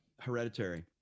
Hereditary